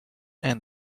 and